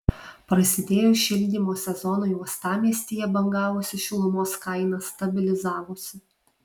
prasidėjus šildymo sezonui uostamiestyje bangavusi šilumos kaina stabilizavosi